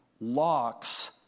locks